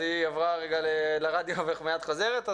היא עברה רגע לרדיו ועוד מעט חוזרת.